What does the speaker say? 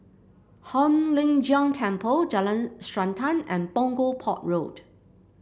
Hong Lim Jiong Temple Jalan Srantan and Punggol Port Road